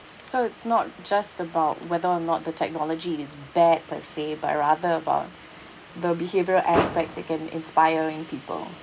so it's not just about whether or not the technology is bad per se but rather about the behaviour aspects again inspiring people